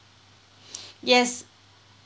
yes